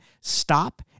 Stop